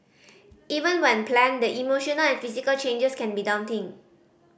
even when planned the emotional and physical changes can be daunting